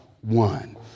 one